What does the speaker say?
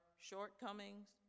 shortcomings